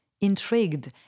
intrigued